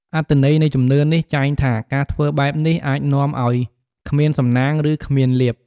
អត្ថន័យនៃជំនឿនេះចែងថា ការធ្វើបែបនេះអាចនាំឲ្យ គ្មានសំណាង ឬ គ្មានលាភ។